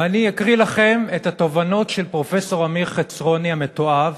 ואני אקריא לכם את התובנות של פרופסור אמיר חצרוני המתועב